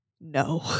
No